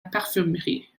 parfumerie